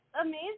amazing